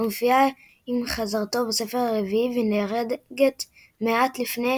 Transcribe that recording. מופיעה עם חזרתו בספר הרביעי ונהרגת מעט לפניו